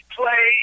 play